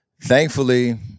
thankfully